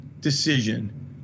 decision